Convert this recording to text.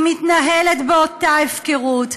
היא מתנהלת באותה הפקרות,